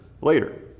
later